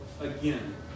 again